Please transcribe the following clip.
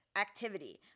activity